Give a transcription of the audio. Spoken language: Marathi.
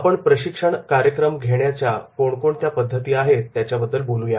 आपण प्रशिक्षण कार्यक्रम घेण्याच्या कोणकोणत्या पद्धती आहेत त्याच्याबद्दल बोलू या